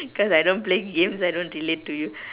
cause I don't play games I don't relate to you